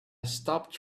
stopped